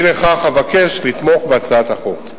לפיכך, אבקש לתמוך בהצעת החוק.